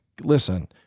listen